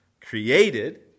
created